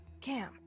Cam